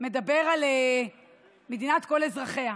מדבר על מדינת כל אזרחיה.